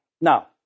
Now